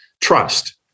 trust